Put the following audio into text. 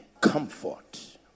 comfort